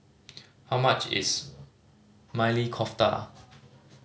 how much is Maili Kofta